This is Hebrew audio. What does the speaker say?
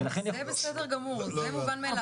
זה בסדר גמור, זה מובן מאליו.